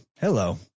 Hello